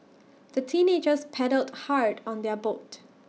the teenagers paddled hard on their boat